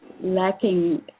lacking